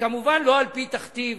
וכמובן לא על-פי תכתיב